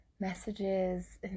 Messages